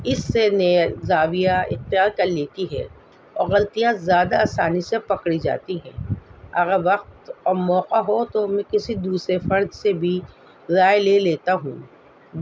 اس سے نیا زاویہ اختیار کر لیتی ہے اور غلطیاں زیادہ آسانی سے پکڑی جاتی ہیں اگر وقت اور موقع ہو تو میں کسی دوسرے فرد سے بھی رائے لے لیتا ہوں